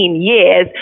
years